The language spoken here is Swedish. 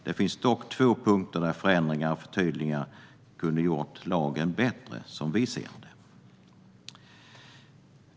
Det finns dock två punkter där förändringar och förtydliganden kunde ha gjort lagen bättre, som vi ser det.